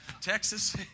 Texas